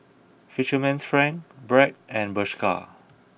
Fisherman's Friend Bragg and Bershka